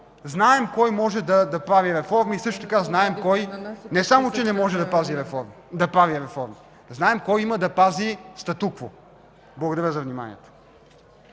знаем кой може да прави реформи, знаем и кой, не само че не може да прави реформи, знаем кой има да пази статукво. Благодаря за вниманието.